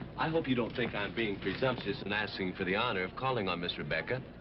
i hope you don't think i'm being presumptuous in asking for the honor of calling on miss rebecca.